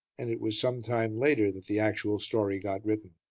and it was some time later that the actual story got written.